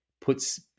puts